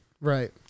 Right